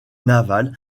navales